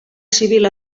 civil